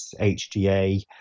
HGA